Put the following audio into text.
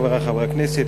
חברי חברי הכנסת,